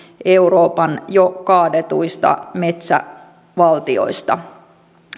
euroopan jo kaadetuista metsävaltioista